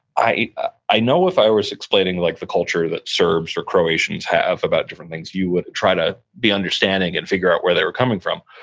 i i know if i were just explaining like the culture that serbs or croatians have about different things, you would try to be understanding and figure out where they were coming from.